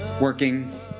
Working